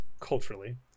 culturally